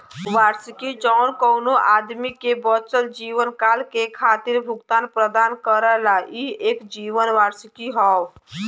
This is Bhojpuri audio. वार्षिकी जौन कउनो आदमी के बचल जीवनकाल के खातिर भुगतान प्रदान करला ई एक जीवन वार्षिकी हौ